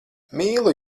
mīlu